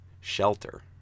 shelter